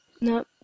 no